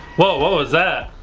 whoa what was that?